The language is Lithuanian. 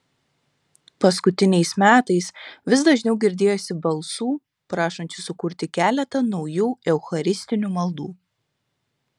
paskutiniais metais vis dažniau girdėjosi balsų prašančių sukurti keletą naujų eucharistinių maldų